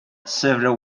several